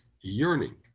yearning